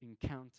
encounter